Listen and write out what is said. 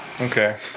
Okay